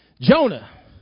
Jonah